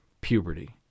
puberty